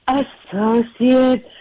associate